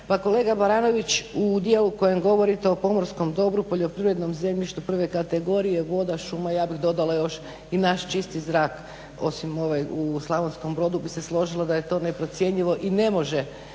kolega Baranović, u dijelu u kojem govorite o pomorskom dobru, poljoprivrednom zemljištu prve kategorije, voda, šuma, ja bih dodala još i naš čisti zrak osim ovaj u Slavonskom Brodu bi se složila da je to neprocjenjivo i ne može